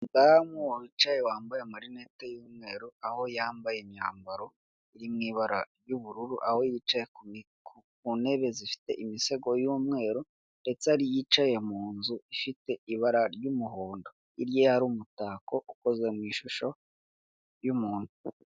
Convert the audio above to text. Umudamu wicaye wambaye amarinete y'umweru aho yambaye imyambaro iri mu ibara ry'ubururu aho yicaye ku ntebe zifite imisego y'umweru ndetse ari yicaye mu nzu ifite ibara ry'umuhondo hirya ye hari umutako ukoze mu ishusho y'umuntu.